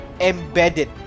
embedded